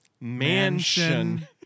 Mansion